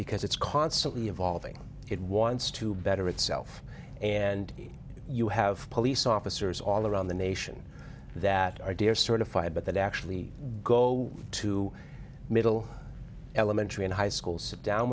because it's constantly evolving it wants to better itself and you have police officers all around the nation that are dear certified but that actually go to middle elementary and high school sit down